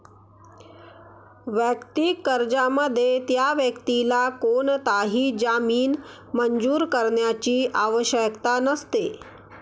वैयक्तिक कर्जामध्ये, त्या व्यक्तीला कोणताही जामीन मंजूर करण्याची आवश्यकता नसते